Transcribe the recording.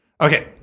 Okay